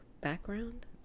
background